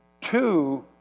two